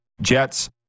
Jets